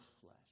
flesh